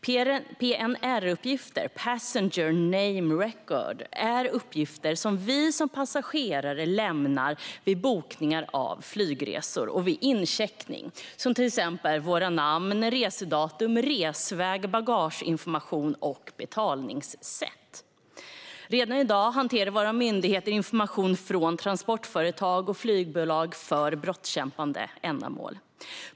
PNR-uppgifter, passenger name record, är uppgifter som vi som passagerare lämnar vid bokning av flygresor och vid incheckning. Det gäller till exempel våra namn, resedatum, resväg, bagageinformation och betalningssätt. Redan i dag hanterar våra myndigheter information från transportföretag och flygbolag för brottsbekämpande ändamål.